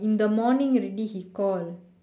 in the morning already he call